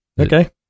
Okay